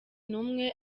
n’umwe